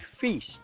feast